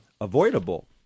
avoidable